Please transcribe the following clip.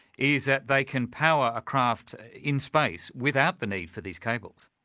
is that they can power a craft in space without the need for these cables.